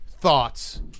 thoughts